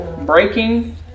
breaking